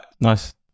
nice